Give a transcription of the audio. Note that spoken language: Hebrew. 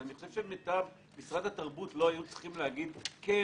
אני חושב שמשרד התרבות היה צריכים להגיד: כן,